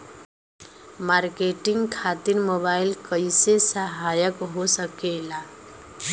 Marketing खातिर mobile कइसे सहायक हो सकेला?